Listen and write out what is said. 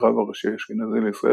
כרב הראשי האשכנזי לישראל,